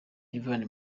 ivan